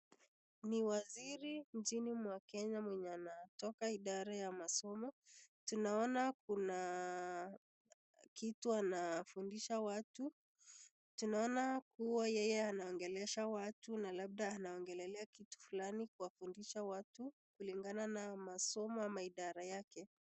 Ni waziri mjini mwa Kenya mwenye anatoka idara ya masomo. Tunaona kuna kitu anafundisha watu. Tunaona kuwa yeye anaogelesha watu na labda anaongelelea kitu fulani kuwafundisha watu kulingana na masomo ama idara yake.